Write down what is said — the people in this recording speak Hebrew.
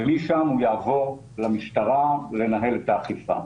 ומשם הוא יעבור למשטרה לנהל את האכיפה.